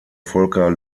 volker